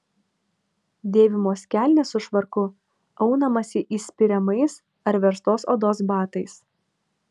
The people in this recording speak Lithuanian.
dėvimos kelnės su švarku aunamasi įspiriamais ar verstos odos batais